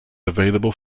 available